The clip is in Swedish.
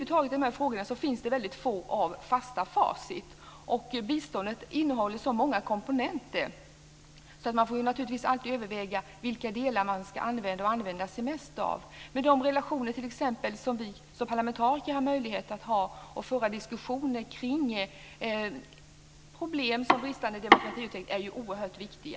Det finns få fasta facit i dessa frågor. Biståndet innehåller så många komponenter att man alltid får överväga vilka delar som man ska använda sig mest av. Det är oerhört viktigt med de relationer som vi som parlamentariker kan diskutera, t.ex. problem med bristande demokratiutveckling.